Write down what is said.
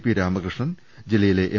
P Ramakrishnan ജില്ലയിലെ M